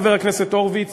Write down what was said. חבר הכנסת הורוביץ,